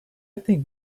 think